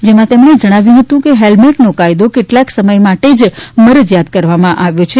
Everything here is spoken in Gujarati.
જેમા તેમણે જણાવ્યુ હતું કે હેલ્મેટનો કાયદો કેટલાક સમય માટે જ મરજીયાત કરવામાં આવ્યો છે